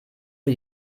für